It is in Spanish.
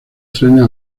trenes